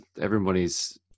everybody's